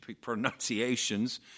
pronunciations